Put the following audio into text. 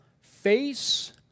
face